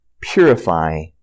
purify